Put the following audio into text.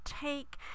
take